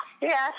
yes